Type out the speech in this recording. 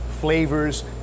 flavors